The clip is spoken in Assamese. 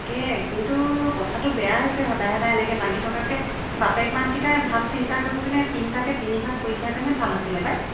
তাকে কিন্তু কথাটো বেয়া হৈছে সদায় সদায় এনেকৈ লাগি থকাতকৈ বাপেক মাককেইটাই ভাল চিন্তা কৰি পেনি তিনিটাকে তিনিভাগ কৰি দিয়াহেতেনে ভাল আছিলে পাই